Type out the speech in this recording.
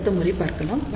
அடுத்த முறை பார்க்கலாம்